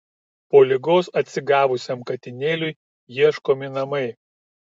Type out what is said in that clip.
po ligos atsigavusiam katinėliui ieškomi namai